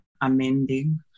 amending